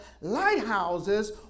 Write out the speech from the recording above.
lighthouses